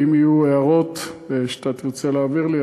ואם יהיו הערות שאתה תרצה להעביר לי,